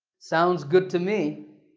sounds good to me.